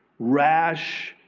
rash,